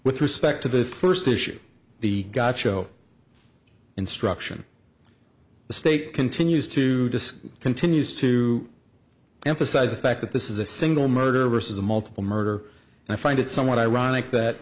with respect to the first issue the got show instruction state continues to just continues to emphasize the fact that this is a single murder which is a multiple murder and i find it somewhat ironic that